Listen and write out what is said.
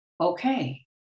okay